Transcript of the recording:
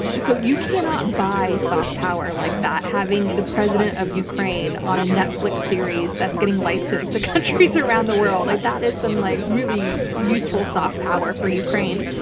so you cannot buy soft power like that, having the president of ukraine on a netflix series that's getting licensed to countries around the world. like that is some like really useful soft power for ukraine.